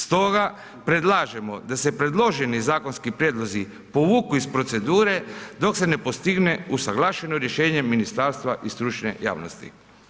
Stoga predlažemo da se predloženi zakonski prijedlozi povuku iz procedure dok se ne postigne usuglašeno rješenje ministarstva i stručne jasnosti.